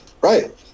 Right